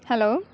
hello